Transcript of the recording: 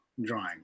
drawing